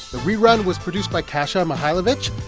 the rerun was produced by kasha mihailovich.